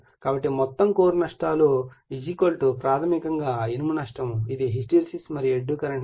కాబట్టి మొత్తం కోర్ నష్టాలు ప్రాథమికంగా ఇనుము నష్టం ఇది హిస్టెరిసిస్ మరియు ఎడ్డీ కరెంట్ నష్టాలు